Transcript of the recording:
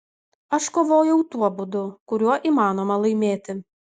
aš kovojau tuo būdu kuriuo įmanoma laimėti